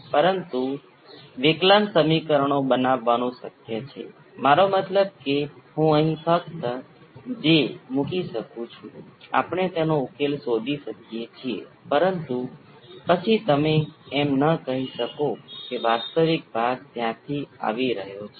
તેથી જો તમે અહીં જોશો તો R બરાબર 0 એ Q બરાબર અનંત બનાવશે તેનો અર્થ એ છે કે આ શ્રેષ્ઠ ગુણવત્તાવાળી સર્કિટ છે જે તમે ક્યારેક મેળવી શકો છો